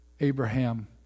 Abraham